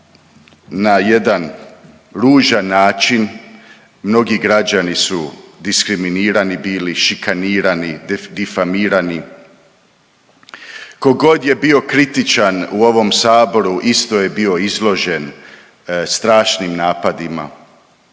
na jedan ružan način mnogi građani su diskriminirani bili, šikanirani, difamirani. Tko god je bio kritičan u ovom saboru isto je bio izložen strašnim napadima